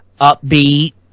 upbeat